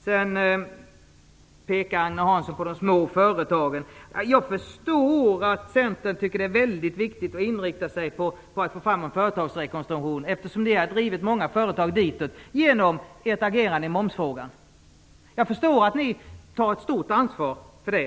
Sedan pekar Agne Hansson på de små företagen. Jag förstår att ni i Centern tycker att det är väldigt viktigt att inrikta sig på att få fram en företagsrekonstruktion, eftersom ni har drivit många företag ditåt genom ert agerande i momsfrågan. Jag förstår att ni har ett stort ansvar för det.